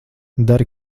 dari